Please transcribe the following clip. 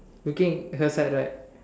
looking her side right